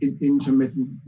intermittent